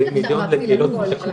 40 מיליון לקהילות משקמות.